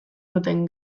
duten